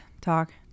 talk